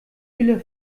viele